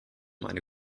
eine